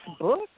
book